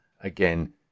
again